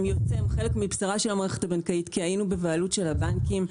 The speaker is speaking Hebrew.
הם חלק מבשרה של המערכת הבנקאית כי היינו בבעלות של הבנקים.